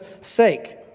sake